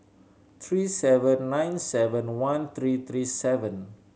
three seven nine seven one three three seven